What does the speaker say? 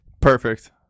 Perfect